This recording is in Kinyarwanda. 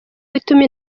bituma